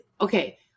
okay